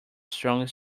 strong